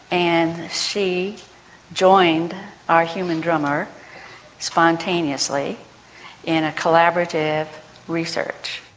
and she joined our human drummer spontaneously in a collaborative research.